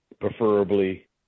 preferably